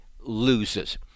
loses